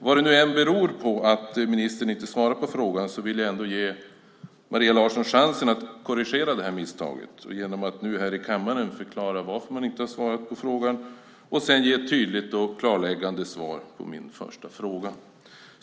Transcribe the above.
Vad det än beror på att ministern inte svarar på frågan vill jag ge Maria Larsson chansen att korrigera misstaget genom att nu här i kammaren förklara varför hon inte har svarat på frågan och ge ett tydligt och klarläggande svar på min första fråga.